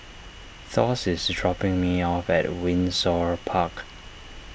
Thos is dropping me off at Windsor Park